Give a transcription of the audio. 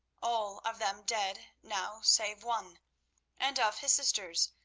all of them dead now save one and of his sisters,